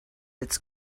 its